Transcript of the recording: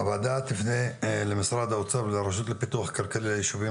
הוועדה תפנה למשרד האוצר ולרשות לפיתוח כלכלי לישובים